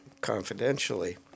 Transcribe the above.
confidentially